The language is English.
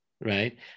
right